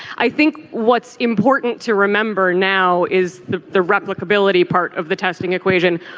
i think what's important to remember now is the the rapid likeability part of the testing equation.